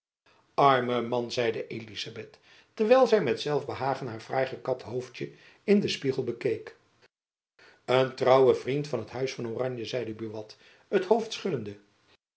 arme man zeide elizabeth terwijl zy met zelfbehagen haar fraai gekapt hoofdtjen in den spiegel bekeek een trouwe vriend van het huis van oranje zeide buat het hoofd schuddende